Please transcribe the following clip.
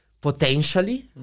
potentially